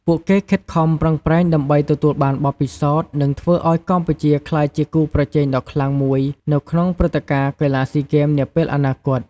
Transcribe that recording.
ពួកគេខិតខំប្រឹងប្រែងដើម្បីទទួលបានបទពិសោធន៍ និងធ្វើឱ្យកម្ពុជាក្លាយជាគូប្រជែងដ៏ខ្លាំងមួយនៅក្នុងព្រឹត្តិការណ៍កីឡាស៊ីហ្គេមនាពេលអនាគត។